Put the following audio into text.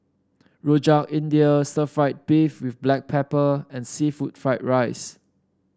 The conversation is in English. Rojak India stir fry beef with Black Pepper and seafood Fried Rice